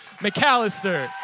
McAllister